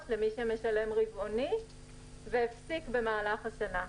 למי שמשלם רבעוני והפסיק במהלך השנה.